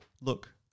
look